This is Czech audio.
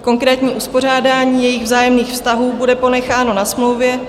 Konkrétní uspořádání jejich vzájemných vztahů bude ponecháno na smlouvě.